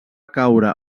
caure